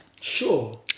Sure